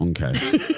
okay